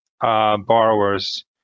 borrowers